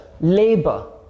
labor